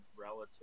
relative